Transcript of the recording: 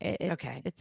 Okay